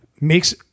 Makes